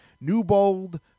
Newbold